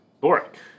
Boric